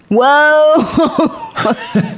Whoa